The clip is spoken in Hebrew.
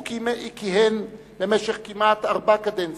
הוא כיהן במשך כמעט ארבע קדנציות,